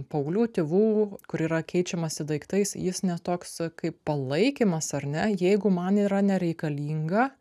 paauglių tėvų kur yra keičiamasi daiktais jis ne toks kaip palaikymas ar ne jeigu man yra nereikalinga